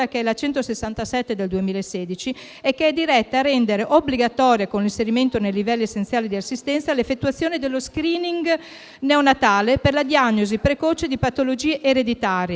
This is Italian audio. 167 del 2016, che è diretta a rendere obbligatoria, con l'inserimento nei livelli essenziali di assistenza, l'effettuazione dello *screening* neonatale per la diagnosi precoce di patologie ereditarie,